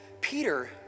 Peter